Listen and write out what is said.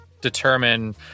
determine